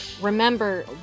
remember